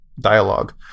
dialogue